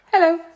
Hello